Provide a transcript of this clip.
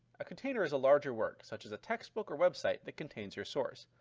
a container is a larger work, such as a textbook or website, that contains your source.